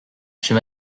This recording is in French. chez